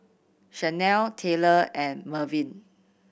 Shanell Taylor and Mervyn